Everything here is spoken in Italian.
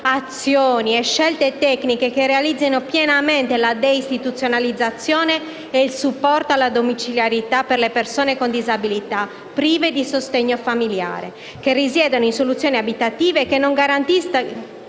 azioni e scelte tecniche che realizzino pienamente la deistituzionalizzazione e il supporto alla domiciliarità per le persone con disabilità prive di sostegno familiare, che risiedano in soluzioni abitative che non garantiscano